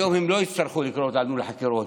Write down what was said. היום הם לא יצטרכו לקרוא לנו לחקירות.